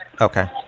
Okay